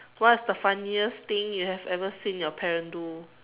what is the funniest thing you have ever seen your parents do